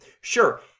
Sure